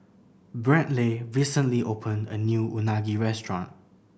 Brantley recently opened a new Unagi restaurant